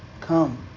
come